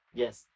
yes